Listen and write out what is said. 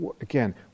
Again